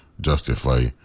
justify